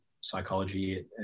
psychology